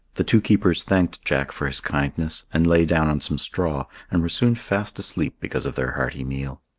the two keepers thanked jack for his kindness, and lay down on some straw, and were soon fast asleep because of their hearty meal.